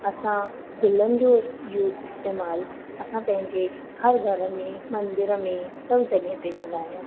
असां गुलनि जो यूज़ इस्तेमाल असां पंहिंजे हर घर में मंदिर में सभु जॻह ते कंदा आहियूं